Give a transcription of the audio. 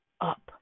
up